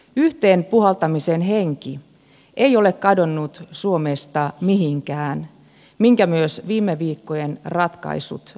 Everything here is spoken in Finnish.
yhteen puhaltamisen henki ei ole kadonnut suomesta mihinkään minkä myös viime viikkojen ratkaisut osoittavat